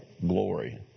glory